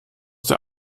der